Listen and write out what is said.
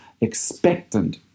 expectant